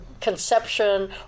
conception